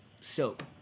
soap